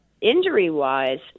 injury-wise